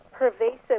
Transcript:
pervasive